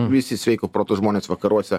visi sveiko proto žmonės vakaruose